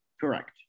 Correct